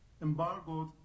embargoed